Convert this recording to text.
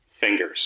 fingers